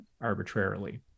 arbitrarily